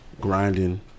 grinding